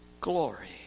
glory